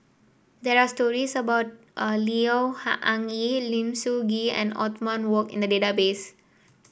there are stories about a Neo Anngee Lim Sun Gee and Othman Wok in the database